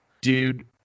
dude